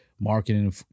marketing